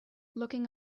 looking